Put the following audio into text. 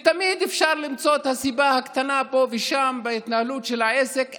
תמיד אפשר למצוא את הסיבה הקטנה פה ושם בהתנהלות של העסק.